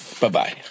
Bye-bye